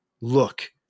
look